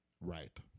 Right